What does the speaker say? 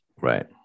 Right